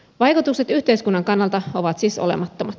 vaikutukset yhteiskunnan kannalta ovat siis olemattomat